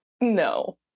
No